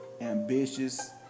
ambitious